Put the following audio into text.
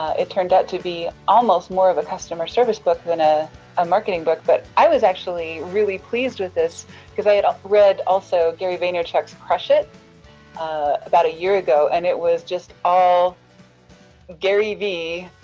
it turned out to be almost more of a customer service book than a um marketing book but i was actually really pleased with this cause i had read also gary vaynerchuk's crush it about a year ago and it was just all gary v,